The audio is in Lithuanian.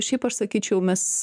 šiaip aš sakyčiau mes